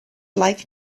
like